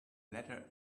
letter